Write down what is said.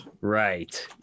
Right